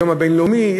היום הבין-לאומי,